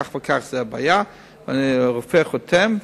הרופא חותם,